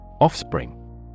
Offspring